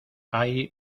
hay